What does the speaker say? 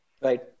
Right